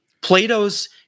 Plato's